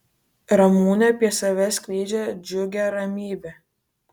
ramunė apie save skleidžia džiugią ramybę